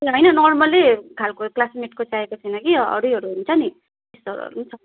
ए होइन नर्मलै खालको क्लासमेटको चाहिएको छैन कि अरूहरू हुन्छ नि